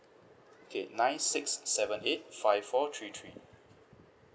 okay nine six seven eight five four three three